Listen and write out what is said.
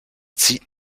zieht